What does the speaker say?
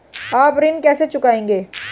आप ऋण कैसे चुकाएंगे?